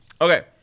Okay